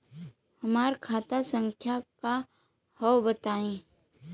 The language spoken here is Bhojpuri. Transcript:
हमार खाता संख्या का हव बताई?